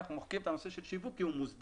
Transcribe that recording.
ואנחנו מוחקים את הנושא של שיווק כי הוא מוסדר